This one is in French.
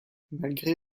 malgré